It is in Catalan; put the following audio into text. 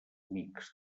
mixt